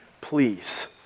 please